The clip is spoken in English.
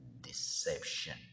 deception